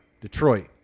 Detroit